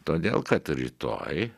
todėl kad rytoj